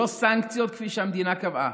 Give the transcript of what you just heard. ללא סנקציות כפי שהמדינה קבעה,